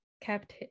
kept